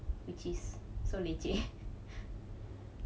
which is so leceh